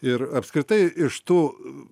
ir apskritai iš tų